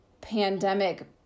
pandemic